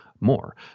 more